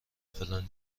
فلان